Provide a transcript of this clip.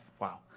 wow